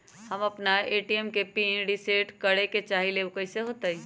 हम अपना ए.टी.एम के पिन रिसेट करे के चाहईले उ कईसे होतई?